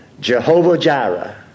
Jehovah-Jireh